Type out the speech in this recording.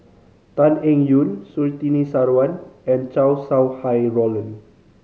Tan Eng Yoon Surtini Sarwan and Chow Sau Hai Roland